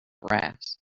brass